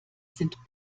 sind